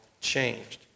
changed